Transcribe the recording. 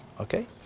okay